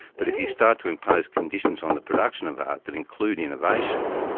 but if you start to impose conditions on the production of art that include innovation,